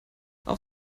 auf